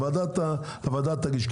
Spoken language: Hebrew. הוועדה תגיש,